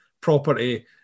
property